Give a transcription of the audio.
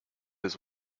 his